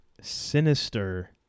sinister